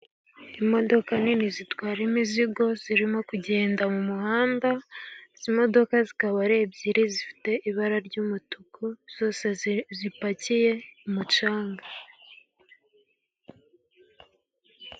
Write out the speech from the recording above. Imodoka nini zitwara imizigo, zirimo kugenda mu muhanda, izi imodoka zikaba ari ebyiri, zifite ibara ry' umutuku, zose zipakiye umucanga.